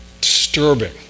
disturbing